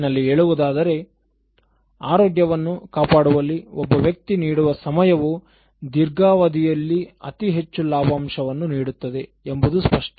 ಒಟ್ಟಿನಲ್ಲಿ ಹೇಳುವುದಾದರೆ ಆರೋಗ್ಯವನ್ನು ಕಾಪಾಡುವಲ್ಲಿಒಬ್ಬ ವ್ಯಕ್ತಿ ನೀಡುವ ಸಮಯವು ದೀರ್ಘಾವಧಿಯಲ್ಲಿ ಅತಿ ಹೆಚ್ಚು ಲಾಭಾಂಶವನ್ನು ನೀಡುತ್ತದೆ ಎಂಬುದು ಸ್ಪಷ್ಟ